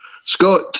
Scott